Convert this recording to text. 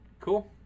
cool